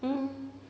mm